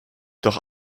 doch